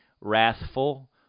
wrathful